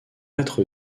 être